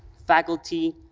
faculty,